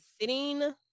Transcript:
Sitting